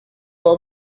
all